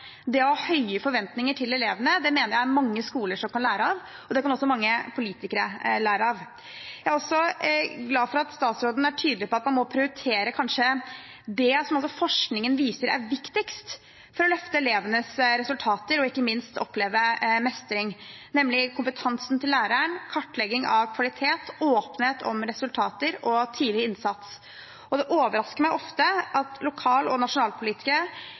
Det å ha høye forventninger til elevene mener jeg mange skoler kan lære av – og mange politikere kan lære av. Jeg er også glad for at statsråden er tydelig på at han må prioritere det forskningen viser er viktigst for å løfte elevenes resultater og ikke minst for å oppleve mestring: lærerens kompetanse, kartlegging av kvalitet, åpenhet om resultater og tidlig innsats. Det overrasker meg ofte at lokal- og